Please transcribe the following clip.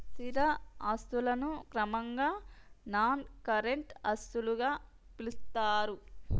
స్థిర ఆస్తులను క్రమంగా నాన్ కరెంట్ ఆస్తులుగా పిలుత్తరు